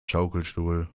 schaukelstuhl